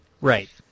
Right